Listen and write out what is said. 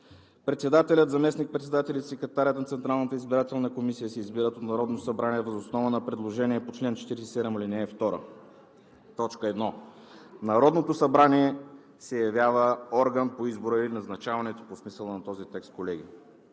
„председателят, заместник-председателите и секретарят на Централната избирателна комисия се избират от Народното събрание въз основа на предложение по чл. 47, ал. 2, т. 1…“. Народното събрание се явява орган по избора и назначаването по смисъла на този текст, колеги,